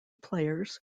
players